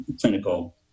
clinical